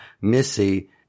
Missy